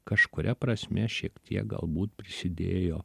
kažkuria prasme šiek tiek galbūt prisidėjo